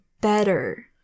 better